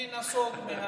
אני נסוג מה,